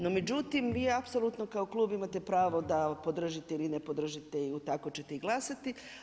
No međutim, vi apsolutno kao klub imate pravo da podržite ili ne podržite ili tako ćete i glasati.